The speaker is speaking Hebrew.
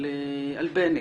על בני.